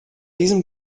diesem